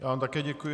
Já vám také děkuji.